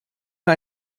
mir